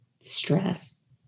Stress